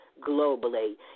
globally